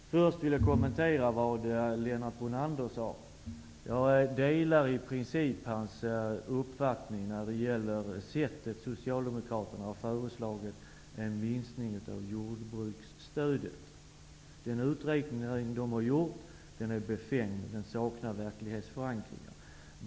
Herr talman! Jag vill först kommentera det Lennart Brunander sade. Jag delar i princip hans uppfattning när det gäller det sätt på vilket Socialdemokraterna har föreslagit en minskning av jordbruksstödet. Den uträkning de har gjort är befängd och saknar verklighetsförankring.